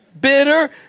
bitter